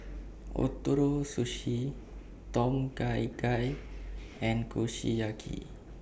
Ootoro Sushi Tom Kha Gai and Kushiyaki